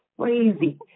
crazy